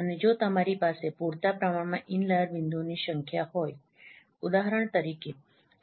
અને જો તમારી પાસે પૂરતા પ્રમાણમાં ઇનલાઈર બિંદુઓની સંખ્યા હોય ઉદાહરણ તરીકે